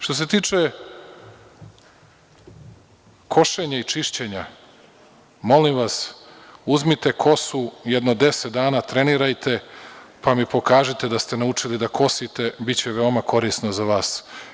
Što se tiče košenja i čišćenja, molim vas uzmite kosu jedno deset dana, trenirajte, pa mi pokažite da ste naučili da kosite, biće veoma korisno za vas.